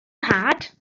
nhad